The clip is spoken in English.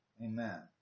Amen